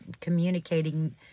communicating